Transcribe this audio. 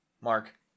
Mark